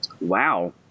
Wow